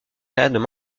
carrière